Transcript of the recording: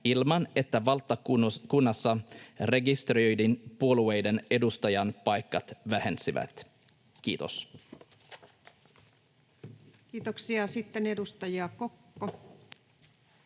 ilman, että valtakunnassa rekisteröityjen puolueiden edustajanpaikat vähenisivät. — Kiitos. Kiitoksia. — Sitten edustaja Kokko.